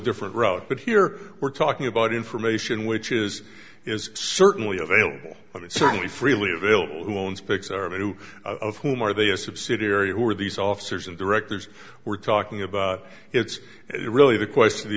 different route but here we're talking about information which is is certainly available i certainly freely available who owns pixar but who of whom are they a subsidiary who are these officers and directors we're talking about it's really the question the